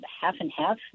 half-and-half